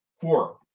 Four